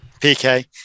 PK